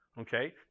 Okay